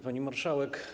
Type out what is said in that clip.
Pani Marszałek!